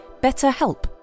BetterHelp